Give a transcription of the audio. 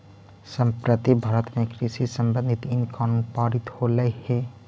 संप्रति भारत में कृषि संबंधित इन कानून पारित होलई हे